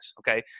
okay